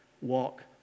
walk